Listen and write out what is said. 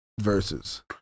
Verses